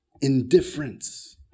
indifference